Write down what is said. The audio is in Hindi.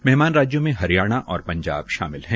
मेहमान राज्यों में हरियाणा और पंजाब शामिल है